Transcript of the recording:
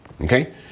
Okay